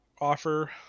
offer